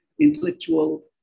intellectual